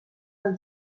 pel